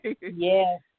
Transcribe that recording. Yes